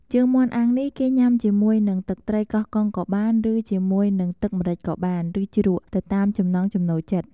ជើងមាន់អាំងនេះគេញ៉ាំជាមួយនឹងទឹកត្រីកោះកុងក៏បាន ឬជាមួយនឹងទឹកម្រេចក៏បាន ឬជ្រក់ ទៅតាមចំណង់ចំណូលចិត្ត។